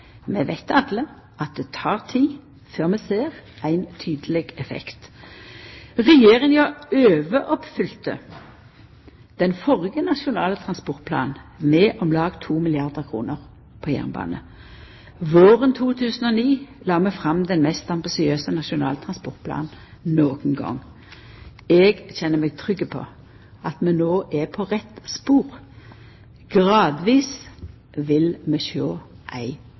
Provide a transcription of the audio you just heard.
Vi veit alle at det tek tid før vi ser ein tydeleg effekt. Regjeringa overoppfylte den førre nasjonale transportplanen med om lag 2 milliardar kr på jernbane. Våren 2009 la vi fram den mest ambisiøse nasjonale transportplan nokon gong. Eg kjenner meg trygg på at vi no er på rett spor. Gradvis vil vi sjå ei